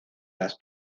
las